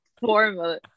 formal